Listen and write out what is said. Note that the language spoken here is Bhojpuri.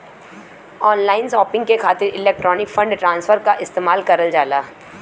ऑनलाइन शॉपिंग के खातिर इलेक्ट्रॉनिक फण्ड ट्रांसफर क इस्तेमाल करल जाला